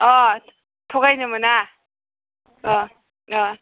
अ' थगायनो मोना अ'अ'